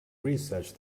research